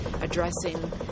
addressing